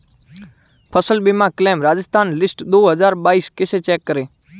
फसल बीमा claim Rajasthan list दो हज़ार बाईस कैसे चेक करें?